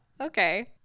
Okay